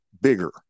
bigger